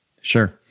Sure